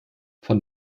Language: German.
von